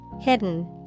Hidden